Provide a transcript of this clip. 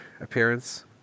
appearance